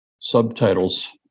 subtitles